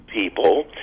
people